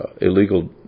illegal